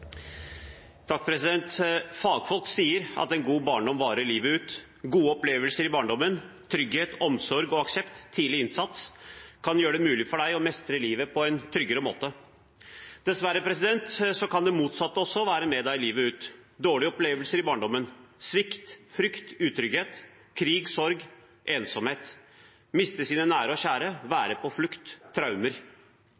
varer livet ut. Gode opplevelser i barndommen, trygghet, omsorg, aksept og tidlig innsats kan gjøre det mulig for deg å mestre livet på en tryggere måte. Dessverre kan det motsatte også være med deg livet ut: Dårlige opplevelser i barndommen, svikt, frykt, utrygghet, krig, sorg, ensomhet, å miste sine nære og